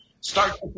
start